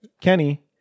Kenny